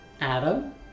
Adam